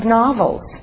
novels